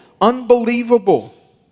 unbelievable